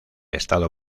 estado